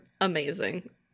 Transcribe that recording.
amazing